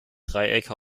dreiecke